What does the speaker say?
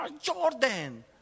Jordan